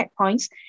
checkpoints